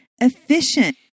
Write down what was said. efficient